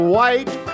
White